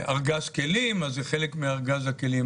זה חלק מארגז הכלים.